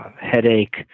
headache